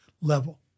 level